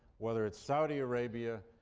whether it's saudi arabia,